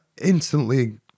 instantly